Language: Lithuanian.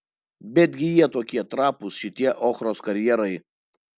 betgi jie tokie trapūs šitie ochros karjerai